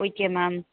okay ma'am